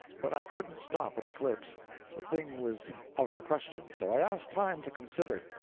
but i couldn't stop an eclipse the thing was out of the question. so i asked time to consider.